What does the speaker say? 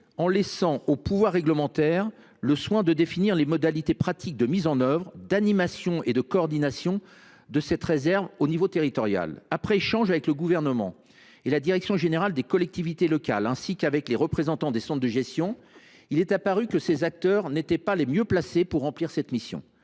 en laissant au pouvoir réglementaire le soin de définir les modalités pratiques de mise en œuvre, d’animation et de coordination de cette réserve à l’échelon territorial. Après des échanges avec le Gouvernement et la direction générale des collectivités locales, ainsi qu’avec les représentants des centres de gestion de la fonction publique territoriale, il est apparu que ces centres n’étaient pas les mieux placés pour remplir une mission